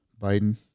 Biden